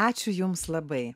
ačiū jums labai